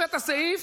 הבאת סעיף,